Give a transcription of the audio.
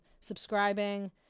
subscribing